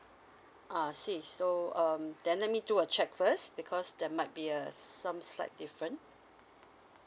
I see so um then let me do a check first because there might be a some slight different